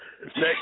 Next